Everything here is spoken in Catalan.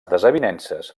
desavinences